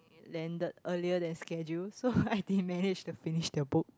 landed earlier than schedule so I didn't manage to finish the book